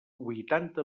huitanta